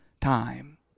time